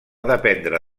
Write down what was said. dependre